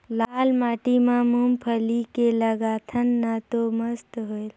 लाल माटी म मुंगफली के लगाथन न तो मस्त होयल?